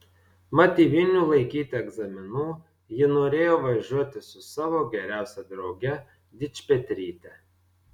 mat į vilnių laikyti egzaminų ji norėjo važiuoti su savo geriausia drauge dičpetryte